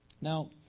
Now